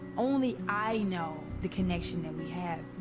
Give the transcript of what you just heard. only i know the connection that we have.